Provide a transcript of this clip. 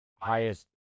highest